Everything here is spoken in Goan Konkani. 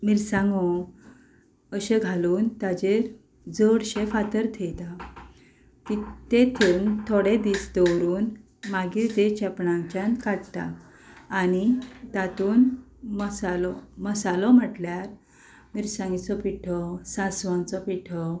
मिरसांगो अश्यो घालून ताचेर जडशें फातर थेयता तें थेवून थोडे दीस दवरून मागीर तें चेपणांतल्यान काडटा आनी तातूंत मसालो मसालो म्हटल्यार मिरसांगेचो पिठो सांसवांचो पिठो